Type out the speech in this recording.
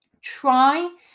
Try